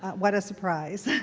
what a surprise.